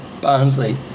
Barnsley